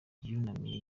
yunamiye